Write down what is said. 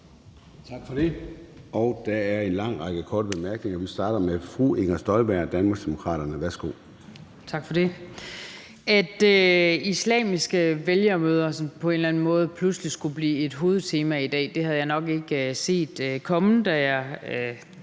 Tak for det. Der er lang række korte bemærkninger. Vi starter med fru Inger Støjberg, Danmarksdemokraterne. Værsgo. Kl. 01:31 Inger Støjberg (DD): Tak for det. At islamiske vælgermøder på en eller anden måde pludselig skulle blive et hovedtema i dag, havde jeg nok ikke set komme, da jeg